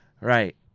Right